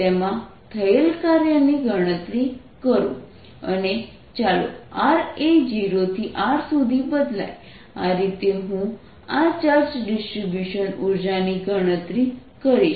તેમાં થયેલ કાર્યની ગણતરી કરો અને ચાલો r એ 0 થી R સુધી બદલાય આ રીતે હું આ ચાર્જ ડિસ્ટ્રિબ્યુશન ઉર્જાની ગણતરી કરીશ